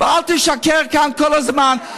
ואל תשקר כאן כל הזמן.